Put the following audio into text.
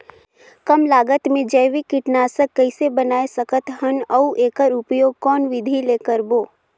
कम लागत मे जैविक कीटनाशक कइसे बनाय सकत हन अउ एकर उपयोग कौन विधि ले करबो?